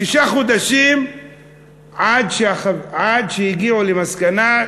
שישה חודשים עד שהגיעו למסקנה,